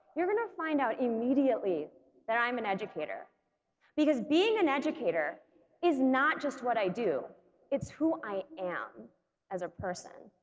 you're gonna find out immediately that i'm an educator because being an educator is not just what i do it's who i am as a person